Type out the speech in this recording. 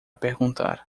perguntar